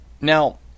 Now